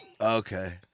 Okay